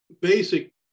basic